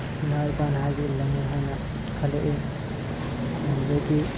ꯏꯃꯥ ꯏꯄꯥꯅ ꯍꯥꯏꯕ ꯏꯜꯂꯅꯤ ꯍꯥꯏꯅ ꯈꯜꯂꯛꯏ ꯑꯗꯨꯗꯒꯤ